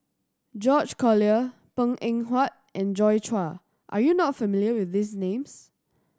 George Collyer Png Eng Huat and Joi Chua are you not familiar with these names